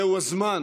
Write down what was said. זהו הזמן